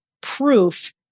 proof